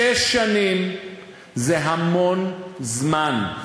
שש שנים זה המון זמן.